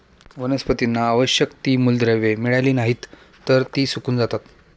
वनस्पतींना आवश्यक ती मूलद्रव्ये मिळाली नाहीत, तर ती सुकून जातात